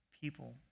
people